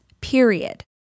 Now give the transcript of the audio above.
Period